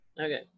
Okay